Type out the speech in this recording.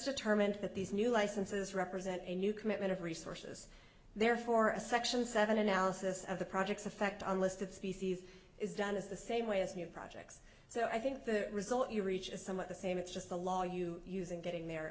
determined that these new licenses represent a new commitment of resources therefore a section seven analysis of the project's effect on listed species is done is the same way as new projects so i think the result you reach a somewhat the same it's just the law you use in getting there